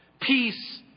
peace